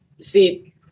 See